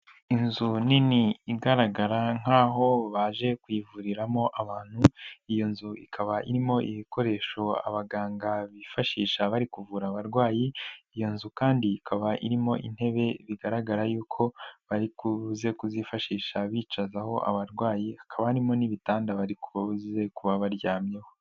Inzu nini igaragara nk'aho baje kuyivuriramo abantu, iyo nzu ikaba irimo ibikoresho abaganga bifashisha bari kuvura abarwayi iyo nzu kandi ikaba irimo intebe bigaragara yuko bari kuze kuzifashisha bicazaho abarwayi, hakaba harimo n'ibitanda bari kuze kuba baryamyeho.